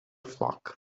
flock